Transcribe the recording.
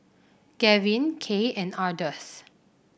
Gavyn Kaye and Ardeth